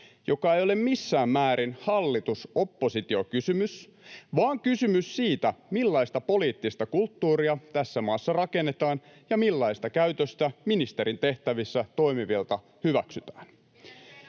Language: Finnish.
joka ei ole missään määrin hallitus—oppositio-kysymys, vaan kysymys siitä, millaista poliittista kulttuuria tässä maassa rakennetaan, ja millaista käytöstä ministerin tehtävissä toimivilta hyväksytään.